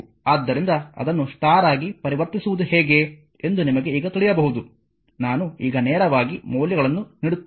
ಆದ್ದರಿಂದ ಅದನ್ನು ಸ್ಟಾರ್ ಆಗಿ ಪರಿವರ್ತಿಸುವುದು ಹೇಗೆ ಎಂದು ನಿಮಗೆ ಈಗ ತಿಳಿಯಬಹುದು ನಾನು ಈಗ ನೇರವಾಗಿ ಮೌಲ್ಯಗಳನ್ನು ನೀಡುತ್ತೇನೆ